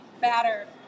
batter